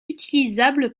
utilisable